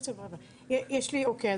אוקיי.